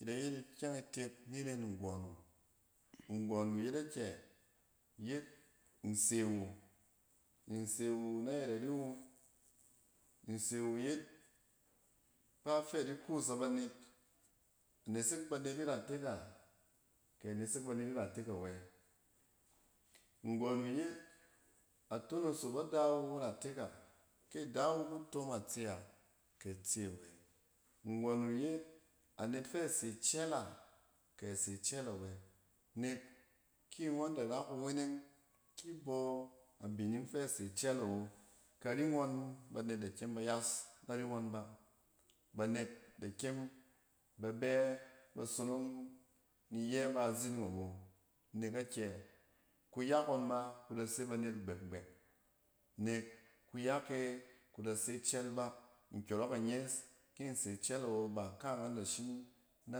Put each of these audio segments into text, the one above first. Ida yet ikyɛng itek ni ren nggↄn wu. Nggↄn wu yet a kyɛ? Iyet nse wu. Nse wu na yɛt ari wu, nse wu yet kpaf fɛ adi kus na banet. A nesek banet iratek a kɛ a nesek banet iratek awɛ. Nggↄn wu yet a tonoso ba da wu iretek a, kɛ ada wu ku ton a tse a, kɛ atse wɛ. Nggↄn wu yet anet. Fɛ se cɛl a, kɛ ase cɛl awɛ. Nek ki ngↄn da ra kuweneng ki bↄ abiningfɛ se cɛl awo, kari ngↄn banet da kyem ba yas nari ngↄn ba. Banet da kyem ba bɛ ba sonong iyɛ ba izining awo nek akyɛ? Kuyak ngↄn ma ku da se banet gbɛk-gbɛk nek kuyak e kuda se cɛl ba nkyↄrↄk anyɛs kin se cɛl awo b aka angan da shim na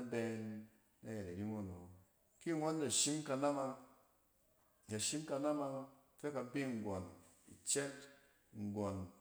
cɛ na yɛt ari ngↄn awo. Ki ngↄn da shim kanamang, da shim kanamang fɛ ka bi nggↄn cɛl, nggↄn.